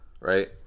right